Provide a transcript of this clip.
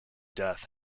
death